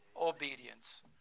obedience